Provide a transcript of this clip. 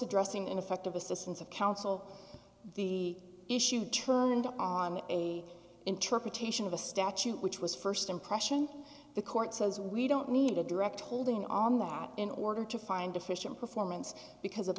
addressed ineffective assistance of counsel the issue turned on a interpretation of a statute which was st impression the court says we don't need a direct holding on that in order to find efficient performance because of